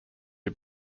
who